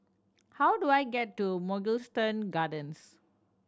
how do I get to Mugliston Gardens